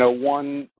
so one,